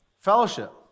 fellowship